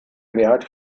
mehrheit